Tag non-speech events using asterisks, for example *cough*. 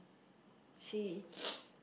she *noise*